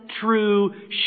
true